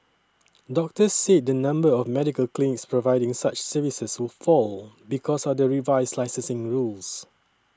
doctors said the number of medical clinics providing such services would fall because of the revised licensing rules